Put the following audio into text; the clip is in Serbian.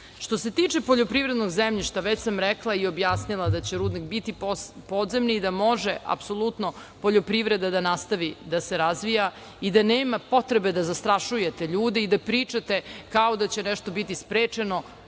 se tiče poljoprivrednog zemljišta već sam rekla i objasnila da će rudnik biti podzemni i da može apsolutno poljoprivreda da nastavi da se razvija i da nema potrebe da zastrašujete ljude i da pričate kao da će nešto biti sprečeno. Još